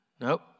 Nope